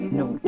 no